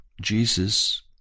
Jesus